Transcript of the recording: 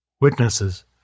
Witnesses